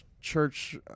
church